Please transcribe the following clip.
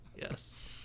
yes